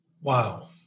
Wow